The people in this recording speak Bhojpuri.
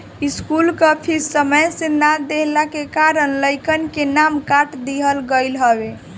स्कूल कअ फ़ीस समय से ना देहला के कारण लइकन के नाम काट दिहल गईल हवे